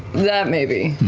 that, maybe,